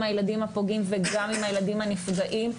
הילדים הפוגעים וגם עם הילדים הנפגעים,